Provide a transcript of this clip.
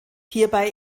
hierbei